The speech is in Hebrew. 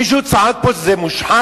מישהו צעק פה שזה מושחת?